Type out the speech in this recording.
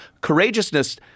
courageousness